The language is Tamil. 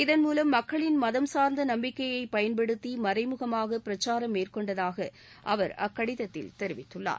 இதன் மூலம் மக்களின் மதம் சார்ந்த நம்பிக்கையை பயன்படுத்தி மறைமுகமாக பிரச்சாரம் மேற்கொண்டதாக அவர் அக்கடிதத்தில் தெரிவித்துள்ளார்